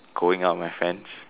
going out with my friends